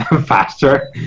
faster